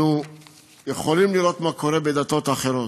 אנחנו יכולים לראות מה קורה בדתות אחרות,